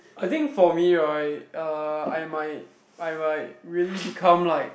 I think for me right uh I might I might really become like